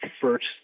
first